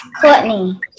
Courtney